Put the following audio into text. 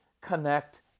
connect